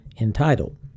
entitled